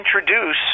introduce